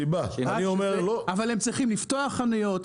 אבל הם צריכים לפתוח חנויות,